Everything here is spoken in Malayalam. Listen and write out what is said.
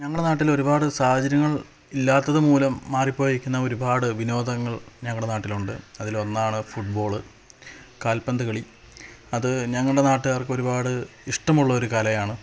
ഞങ്ങളെ നാട്ടിലൊരുപാട് സാഹചര്യങ്ങൾ ഇല്ലാത്തത് മൂലം മാറിപ്പോയേക്കുന്ന ഒരുപാട് വിനോദങ്ങൾ ഞങ്ങളുടെ നാട്ടിലുണ്ട് അതിലൊന്നാണ് ഫുട്ബോള് കാൽപ്പന്തുകളി അത് ഞങ്ങളുടെ നാട്ടുകാർക്കൊരുപാട് ഇഷ്ടമുള്ളൊരു കലയാണ്